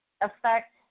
affect